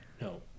No